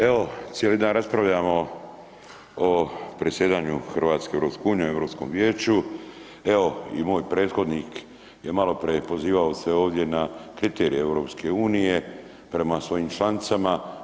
Evo, cijeli dan raspravljamo o predsjedanju Hrvatske EU, Europskom vijeću, evo i moj prethodnik je maloprije pozivao se ovdje na kriterije EU prema svojim članicama.